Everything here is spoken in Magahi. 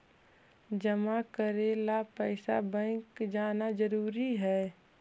जमा करे ला पैसा बैंक जाना जरूरी है?